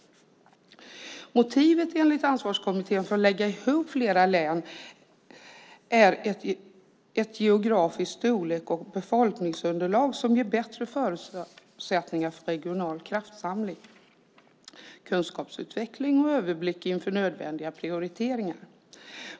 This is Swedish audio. Motivet enligt Ansvarskommittén för att lägga ihop flera län är ett geografiskt storleks och befolkningsunderlag som ger bättre förutsättningar för regional kraftsamling, kunskapsutveckling och överblick inför nödvändiga prioriteringar.